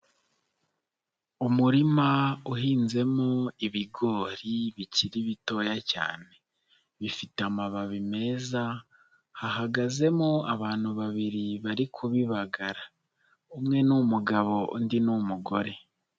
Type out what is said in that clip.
Umurima uhinzemo ibigori bikiri bitoya cyane, bifite amababi meza hahagazemo abantu babiri bari kubibagara, umwe ni umugabo undi n'umugore.